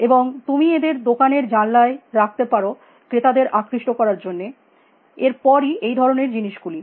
এবং তুমি এদের দোকানের জানলায় রাখতে পারো ক্রেতাদের আকৃষ্ট করার জন্য এর পর এই ধরনের জিনিস গুলি